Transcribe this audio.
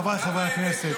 חבריי חברי הכנסת,